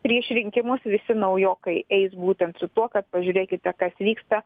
prieš rinkimus visi naujokai eis būtent su tuo kad pažiūrėkite kas vyksta